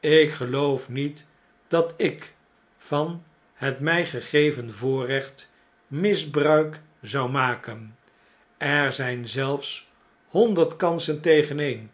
ik geloof niet dat ik van het mij gegeven voorrecht misbruik zou maken er zijn zelfs honderd kansen tegen eene